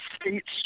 states